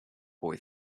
boy